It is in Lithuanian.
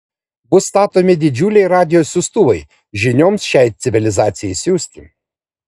bus statomi didžiuliai radijo siųstuvai žinioms šiai civilizacijai siųsti